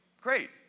great